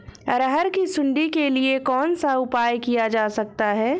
अरहर की सुंडी के लिए कौन सा उपाय किया जा सकता है?